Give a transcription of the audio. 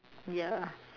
ya